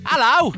Hello